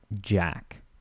Jack